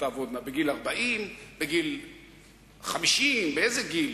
חברי חברי הכנסת.